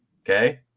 okay